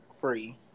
free